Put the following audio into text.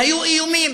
והיו איומים